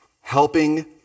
Helping